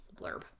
blurb